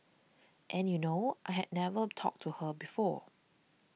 and you know I had never talked to her before